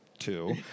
Two